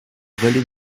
vallée